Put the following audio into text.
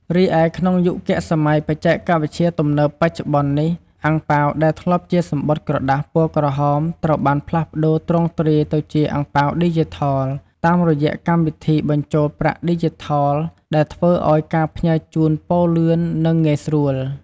រីឯក្នុងយុគសម័យបច្ចេកវិទ្យាទំនើបបច្ចុប្បន្ននេះ អាំងប៉ាវដែលធ្លាប់ជាសំបុត្រក្រដាសពណ៌ក្រហមត្រូវបានផ្លាស់ប្ដូរទ្រង់ទ្រាយទៅជាអាំងប៉ាវឌីជីថល តាមរយៈកម្មវិធីបញ្ចូនប្រាក់ឌីជីថលដែលធ្វើឲ្យការផ្ញើជូនពរលឿន និងងាយស្រួល។